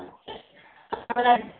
हमरा